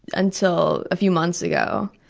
until a few months ago.